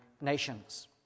nations